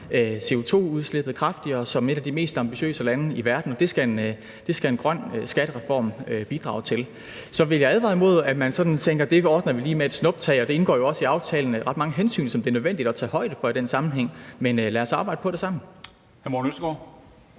CO2-udslippet kraftigere – som et af de mest ambitiøse lande i verden – og det skal en grøn skattereform bidrage til. Så vil jeg advare imod, at man sådan tænker, at det ordner vi lige med et snuptag, og der indgår også i aftalen ret mange hensyn, som det er nødvendigt at tage højde for i den sammenhæng. Men lad os arbejde på det sammen.